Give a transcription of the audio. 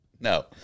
No